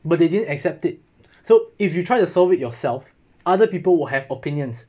but they didn't accept it so if you try to solve it yourself other people will have opinions